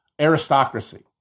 aristocracy